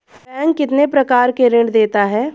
Bank कितने प्रकार के ऋण देता है?